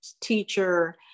teacher